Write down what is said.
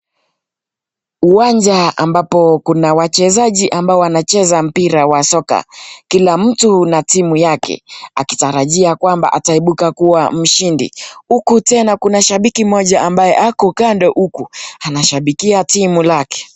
Uwanja ambapo kuna wachezaji ambao wanacheza mpira wa soka, kila mtu na timu yake akitarajia kwamba ataibuka kuwa mshindi huku tena kuna shabiki mmoja ambaye ako kando huku anashabikia timu lake.